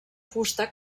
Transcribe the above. fusta